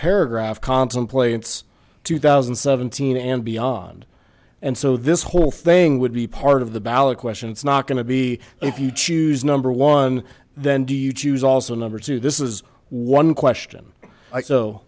paragraph contemplates two thousand and seventeen and beyond and so this whole thing would be part of the ballot question it's not going to be if you choose number one then do you choose also number two this is one question i